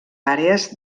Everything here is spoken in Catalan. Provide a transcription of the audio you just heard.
àrees